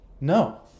No